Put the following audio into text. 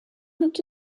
looked